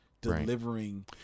delivering